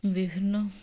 ବିଭିନ୍ନ